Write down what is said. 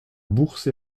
bourse